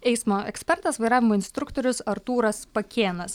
eismo ekspertas vairavimo instruktorius artūras pakėnas